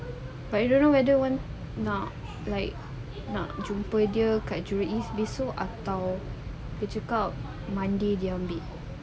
but you don't know whether one nak like nak jumpa dia kat jurong east esok atau dia cakap monday dia ambil